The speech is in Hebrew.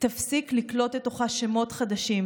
תפסיק לקלוט לתוכה שמות חדשים,